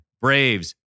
Braves